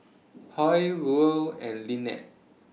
Hoy Ruel and Lynette